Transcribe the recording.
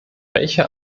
welche